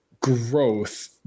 growth